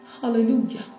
Hallelujah